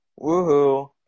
Woohoo